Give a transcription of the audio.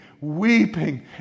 weeping